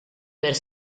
per